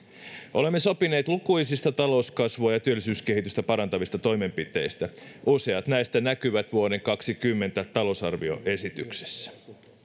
olemme sopineet lukuisista talouskasvua ja työllisyyskehitystä parantavista toimenpiteistä useat näistä näkyvät vuoden kaksituhattakaksikymmentä talousarvioesityksessä